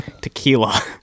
Tequila